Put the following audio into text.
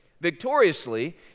Victoriously